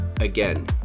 again